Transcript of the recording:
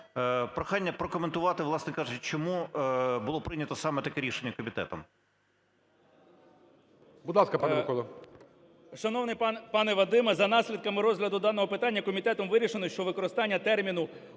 Прохання прокоментувати, власне кажучи, чому було прийнято саме таке рішення комітетом.